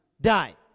die